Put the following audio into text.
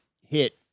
hit